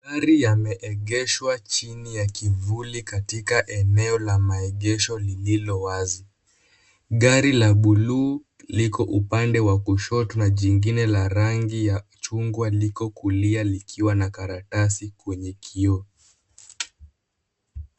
Chini ya kivuli katika eneo la maegesho lililo wazi. Gari la buluu liko upande wa kushoto na jingine la rangi ya chungwa liko kulia likiwa na karatasi kwenye kioo.